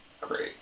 Great